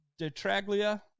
Detraglia